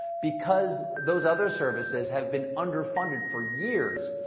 because those other services have been underfunded for years,